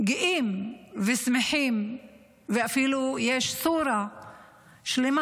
גאים ושמחים, ואפילו יש סורה שלמה